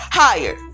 higher